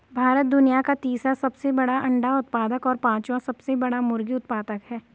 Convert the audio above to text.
भारत दुनिया का तीसरा सबसे बड़ा अंडा उत्पादक और पांचवां सबसे बड़ा मुर्गी उत्पादक है